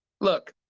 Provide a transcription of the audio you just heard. look